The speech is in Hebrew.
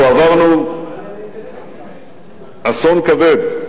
אנחנו עברנו אסון כבד.